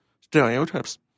stereotypes